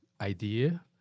idea